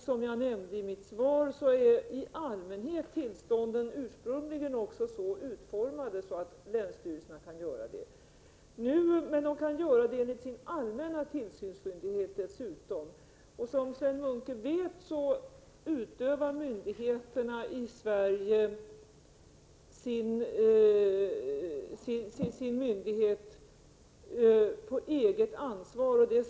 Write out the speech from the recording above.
Som jag nämnde i mitt svar är också tillstånden i allmänhet ursprungligen så utformade att länsstyrelserna kan göra detta. Men de kan dessutom göra det enligt sin allmänna tillsynsskyldighet. Som Sven Munke vet fullgör myndigheterna i Sverige sina åligganden på eget ansvar.